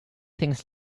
things